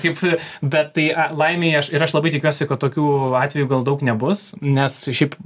kaip bet tai laimei aš ir aš labai tikiuosi kad tokių atvejų gal daug nebus nes šiaip